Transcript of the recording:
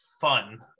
fun